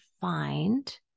find